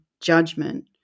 judgment